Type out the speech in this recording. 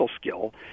skill